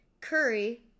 Curry